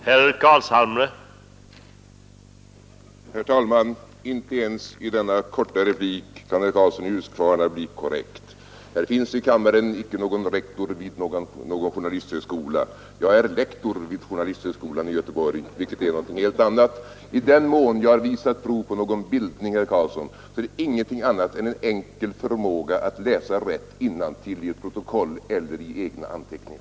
Herr talman! Inte ens i denna korta replik kan herr Karlsson i Huskvarna vara korrekt. Det finns i kammaren icke någon rektor vid någon journalisthögskola; jag är lektor vid journalisthögskolan i Göteborg, vilket är någonting helt annat. I den mån jag har visat prov på någon bildning, herr Karlsson, är det ingenting annat än en enkel förmåga att läsa rätt innantill i ett protokoll eller i egna anteckningar.